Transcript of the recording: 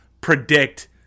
predict